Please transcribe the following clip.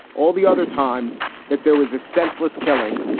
all the other times that there was a senseless killing.